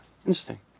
interesting